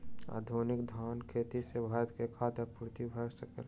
आधुनिक धानक खेती सॅ भारत के खाद्य आपूर्ति भ सकल